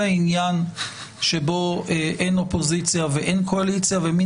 זה עניין שבו אין אופוזיציה ואין קואליציה ומן